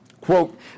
quote